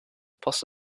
possible